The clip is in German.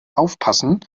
aufpassen